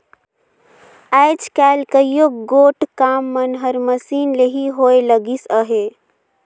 आएज काएल कइयो गोट काम मन हर मसीन ले ही होए लगिस अहे